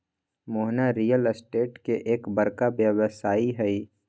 Mohana real estate के एक बड़ा व्यवसायी हई